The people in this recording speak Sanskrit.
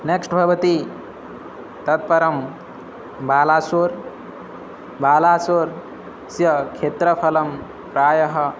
नेक्स्ट् भवति तत्परं बालासूर् बालासूर् तस्य क्षेत्रफलं प्रायः